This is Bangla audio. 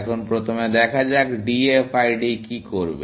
এখন প্রথমে দেখা যাক DFID কি করবে